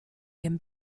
can